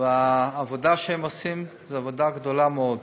והעבודה שהם עושים היא עבודה גדולה מאוד.